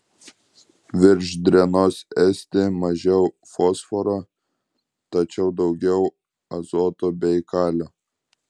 virš drenos esti mažiau fosforo tačiau daugiau azoto bei kalio